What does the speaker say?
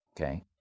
Okay